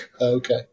Okay